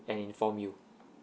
and inform you